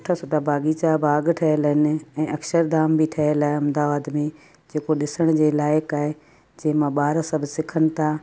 सुठा सुठा बाग़ीचा बाग़ ठहियलु आहिनि ऐं अक्षरधाम बि ठहियलु आहे अहमदाबाद में जेको ॾिसण जे लाइक़ु आहे जंहिंमां ॿार सभु सिखनि था